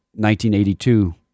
1982